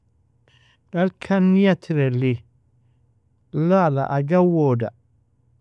Elkan niya tereli, la la ajwoda.